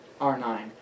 R9